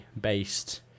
based